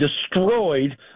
destroyed